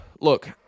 look